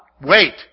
Wait